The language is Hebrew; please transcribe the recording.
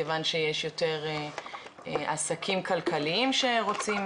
מכיוון שיש יותר עסקים כלכליים שרוצים